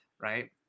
right